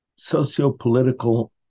sociopolitical